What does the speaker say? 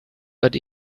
but